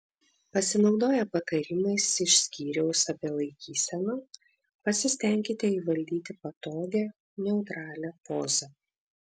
pasinaudoję patarimais iš skyriaus apie laikyseną pasistenkite įvaldyti patogią neutralią pozą